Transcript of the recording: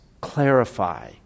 clarify